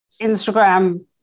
Instagram